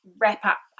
wrap-up